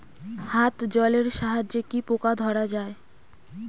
হাত জলের সাহায্যে কি পোকা ধরা যায়?